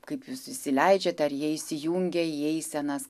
kaip jūs įsileidžiate ar jie įsijungia į eisenas